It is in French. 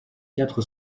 quatre